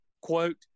quote